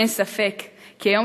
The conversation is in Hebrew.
אין ספק כי היום,